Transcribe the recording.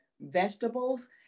vegetables